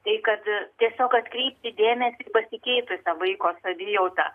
tai kad tiesiog atkreipti dėmesį į pasikeitusią vaiko savijautą